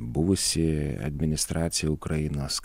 buvusi administracija ukrainos